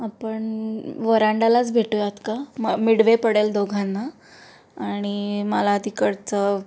आपण वरांडालाच भेटूयात का म मिडवे पडेल दोघांना आणि मला तिकडचं